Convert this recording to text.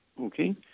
Okay